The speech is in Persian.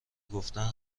گفتن